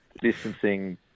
distancing